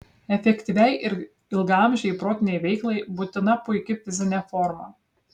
efektyviai ir ilgaamžei protinei veiklai būtina puiki fizinė forma